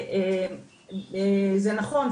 זה נכון,